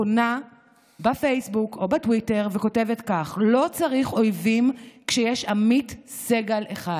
פונה בפייסבוק או בטוויטר וכותבת כך: לא צריך אויבים כשיש עמית סגל אחד.